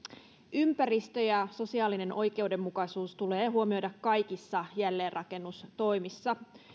ympäristö ja sosiaalinen oikeudenmukaisuus tulee huomioida kaikissa jälleenrakennustoimissa